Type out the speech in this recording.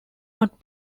not